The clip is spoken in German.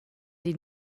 die